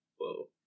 Whoa